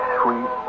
sweet